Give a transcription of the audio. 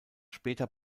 später